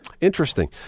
Interesting